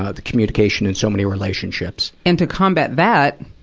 ah the communication in so many relationships. and to combat that,